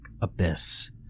abyss